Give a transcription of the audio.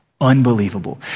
Unbelievable